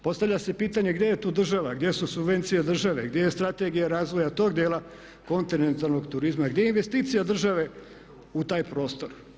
Postavlja se pitanje gdje je tu država, gdje su subvencije države, gdje je strategija razvoja tog dijela kontinentalnog turizma, gdje je investicija države u taj prostor?